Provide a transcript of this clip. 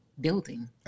building